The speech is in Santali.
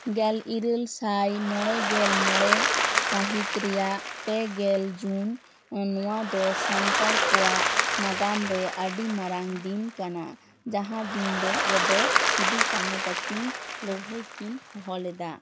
ᱜᱮᱞ ᱤᱨᱟᱹᱞ ᱥᱟᱭ ᱢᱚᱬᱮ ᱜᱮᱞ ᱢᱚᱬᱮ ᱥᱟᱹᱦᱤᱛ ᱨᱮᱭᱟᱜ ᱯᱮ ᱜᱮᱞ ᱡᱩᱱ ᱱᱚᱣᱟ ᱫᱚ ᱥᱟᱱᱛᱟᱲ ᱠᱚᱣᱟᱜ ᱱᱟᱜᱟᱢ ᱨᱮ ᱟᱹᱰᱤ ᱢᱟᱨᱟᱝ ᱫᱤᱱ ᱠᱟᱱᱟ ᱡᱟᱦᱟᱸ ᱫᱤᱱ ᱫᱚ ᱨᱮᱫᱚ ᱥᱤᱫᱩ ᱠᱟᱹᱱᱦᱩ ᱛᱟᱠᱤᱱ ᱞᱟᱹᱲᱦᱟᱹᱭ ᱠᱤᱱ ᱦᱚᱦᱚ ᱞᱮᱫᱟ